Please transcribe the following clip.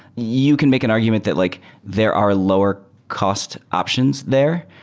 you can make an argument that like there are lower cost options there.